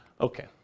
Okay